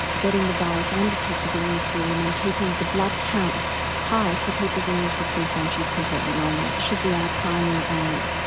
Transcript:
getting the virus undetectable in the serum and keeping the blood counts high so people's immune system functions completely normal should be a ah primary aim.